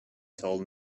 told